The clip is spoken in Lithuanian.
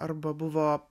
arba buvo